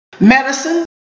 medicine